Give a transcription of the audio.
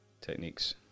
techniques